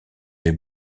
les